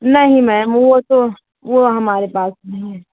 नहीं मैम वो तो वो हमारे पास नहीं है